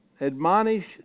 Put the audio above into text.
admonish